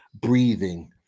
breathing